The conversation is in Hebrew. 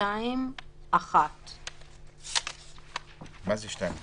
סעיף 2(1). מה זה סעיף 2?